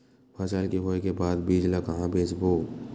फसल के होय के बाद बीज ला कहां बेचबो?